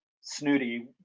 snooty